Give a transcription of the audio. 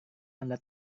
anda